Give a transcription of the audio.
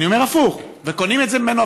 אני אומר הפוך, וקונים את זה ממנו.